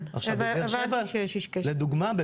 לדוגמה,